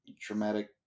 traumatic